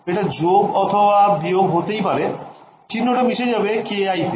এটা যোগ অথবা বিয়োগ হতেই পারেচিহ্ন টা মিশে যাবে ki তে